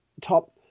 top